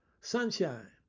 Sunshine